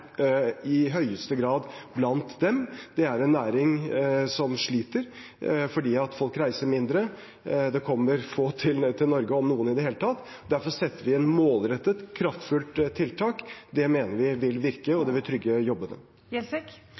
i høyeste grad blant dem, det er en næring som sliter fordi folk reiser mindre. Det kommer få til Norge – om noen i det hele tatt. Derfor setter vi inn et målrettet, kraftfullt tiltak. Det mener vi vil virke, og det vil trygge